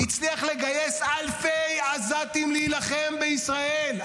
הצליח לגייס אלפי עזתים להילחם בישראל?